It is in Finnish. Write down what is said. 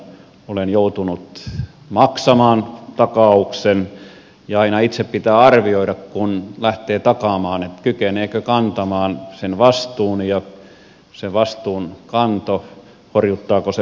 olen joutunut maksamaan takauksen ja aina pitää itse arvioida kun lähtee takaamaan kykeneekö kantamaan sen vastuun ja horjuttaako se vastuunkanto omaa taloutta